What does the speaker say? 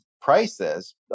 prices